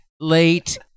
late